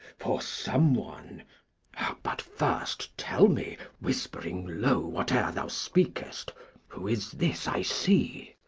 for some one but first tell me, whispering low whate'er thou speakest who is this i see?